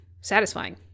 satisfying